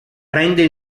prende